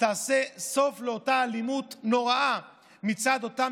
תעשה סוף לאותה אלימות נוראה מצד אותם